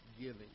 giving